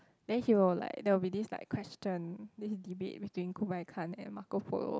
then he will like there will be this like question then he debate between Kublai Khan and Marco Polo